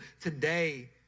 Today